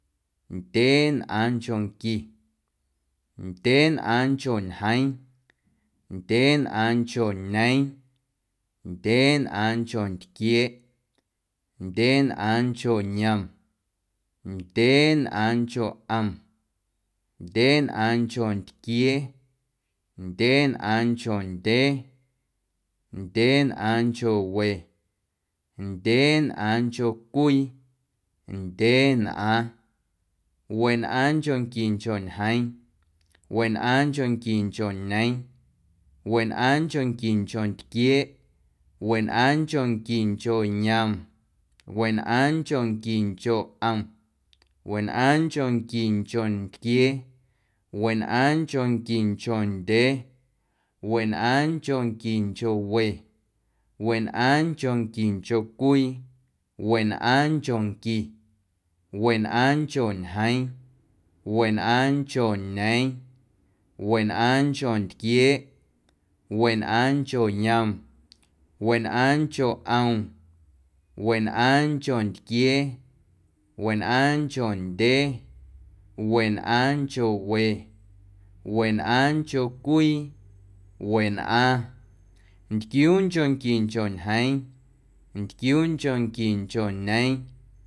Ndyeenꞌaaⁿnchonqui, ndyeenꞌaaⁿncho ñjeeⁿ, ndyeenꞌaaⁿncho ñeeⁿ, ndyeenꞌaaⁿncho ntquieeꞌ, ndyeenꞌaaⁿncho yom, ndyeenꞌaaⁿncho ꞌom, ndyeenꞌaaⁿncho ntquiee, ndyeenꞌaaⁿncho ndyee, ndyeenꞌaaⁿncho we, ndyeenꞌaaⁿncho cwii, ndyeenꞌaaⁿ, wenꞌaaⁿnchonquincho ñjeeⁿ, wenꞌaaⁿnchonquincho ñeeⁿ, wenꞌaaⁿnchonquincho ntquieeꞌ, wenꞌaaⁿnchonquincho yom, wenꞌaaⁿnchonquincho ꞌom, wenꞌaaⁿnchonquincho ntquiee, wenꞌaaⁿnchonquincho ndyee, wenꞌaaⁿnchonquincho we, wenꞌaaⁿnchonquincho cwii, wenꞌaaⁿnchonqui, wenꞌaaⁿncho ñjeeⁿ, wenꞌaaⁿncho ñeeⁿ, wenꞌaaⁿncho ntquieeꞌ, wenꞌaaⁿncho yom, wenꞌaaⁿncho ꞌom, wenꞌaaⁿncho ntquiee, wenꞌaaⁿncho ndyee, wenꞌaaⁿncho we, wenꞌaaⁿncho cwii, wenꞌaaⁿ, ntquiuunchonquincho ñjeeⁿ, ntquiuunchonquincho ñeeⁿ.